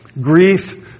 grief